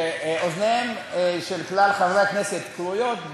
שאוזניהם של כלל חברי הכנסת כרויות,